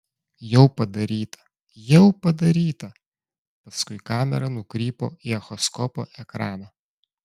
jau padaryta jau padaryta paskui kamera nukrypo į echoskopo ekraną